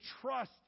trust